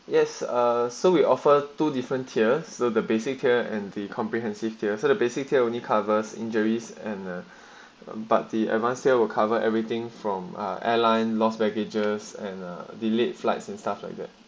yes uh so we offer two different tier so the basic care and the comprehensive theory sort of basically only covers injuries and uh but the advanced year will cover everything from ah airline lost packages and a delayed flights and stuff like that